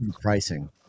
pricing